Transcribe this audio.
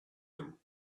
them